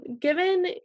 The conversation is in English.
given